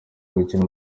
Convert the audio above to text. gukina